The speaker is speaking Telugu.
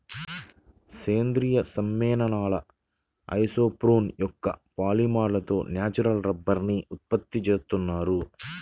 సేంద్రీయ సమ్మేళనాల ఐసోప్రేన్ యొక్క పాలిమర్లతో న్యాచురల్ రబ్బరుని ఉత్పత్తి చేస్తున్నారు